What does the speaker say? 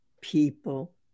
people